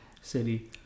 city